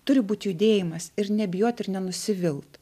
turi būt judėjimas ir nebijot ir nenusivilt